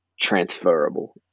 transferable